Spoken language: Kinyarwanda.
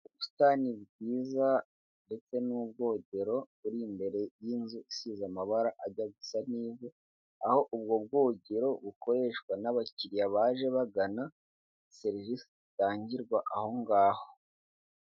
Ubusitani bwiza ndetse n'ubwogero buri imbere y'inzu isize amabara agasa n'ivu, aho ubwo bwogero bukoreshwa n'abakiriya baje bagana serivisi itangirwa aho ngaho.